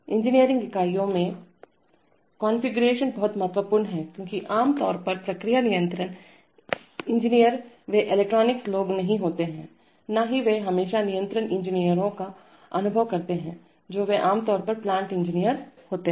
engineering इकाइयों में configuration बहुत महत्वपूर्ण है क्योंकि आम तौर पर प्रक्रिया नियंत्रण इंजीनियर वे इलेक्ट्रॉनिक्स लोग नहीं होते हैं न ही वे हमेशा नियंत्रण इंजीनियरों का अनुभव करते हैं जो वे आमतौर पर प्लांट इंजीनियर होते हैं